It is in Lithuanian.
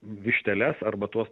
višteles arba tuos